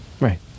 Right